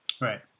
Right